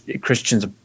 Christians